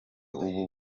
ubu